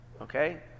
okay